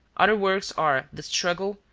other works are the struggle,